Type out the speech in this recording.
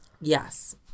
Yes